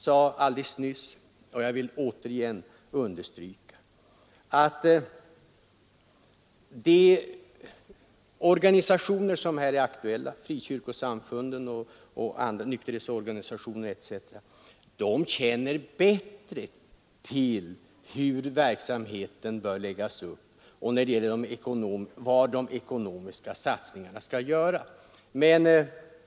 Jag framhöll nyss och jag vill återigen understryka: De organisationer som här är aktuella — frikyrkosamfunden, nykterhetsorganisationer etc. — känner bättre till hur verksamheten bör läggas upp och var de ekonomiska satsningarna skall göras.